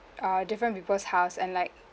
err different people's house and like